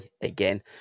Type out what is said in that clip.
Again